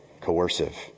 coercive